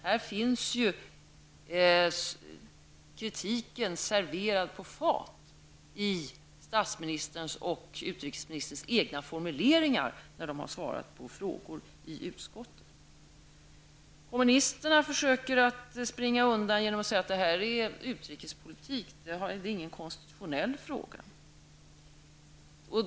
Här finns ju kritiken serverad på fat i statsministerns och utrikesministerns egna formuleringar i samband med att de svarade på frågor i utskottet. Kommunisterna försöker springa undan genom att säga att detta är utrikespolitik och ingen konstitutionell fråga.